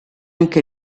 anche